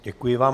Děkuji vám.